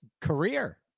career